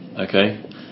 Okay